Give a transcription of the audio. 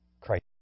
Christ